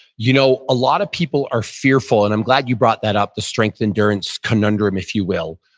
you know a lot of people are fearful, and i'm glad you brought that up, the strength endurance conundrum, if you will.